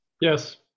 Yes